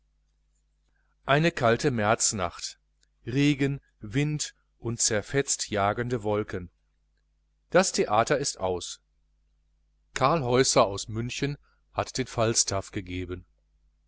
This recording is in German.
eine kalte märznacht regen wind und zerfetzt jagende wolken das theater ist aus karl häusser aus münchen hat den falstaff gegeben